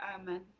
Amen